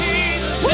Jesus